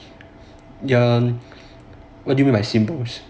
ya what do you mean like symbols